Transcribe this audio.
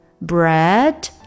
Bread